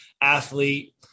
athlete